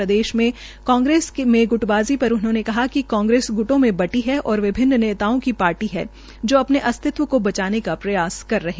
प्रदेश में कांग्रेस में गुटबाज़ी पर उन्होंने कहा कि कांग्रेस ग्र्टो में बंटी है और विभिन्न नेताओं की पार्टी है जा अपने अस्तित्व का बचाने का प्रयास कर रहे हैं